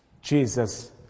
Jesus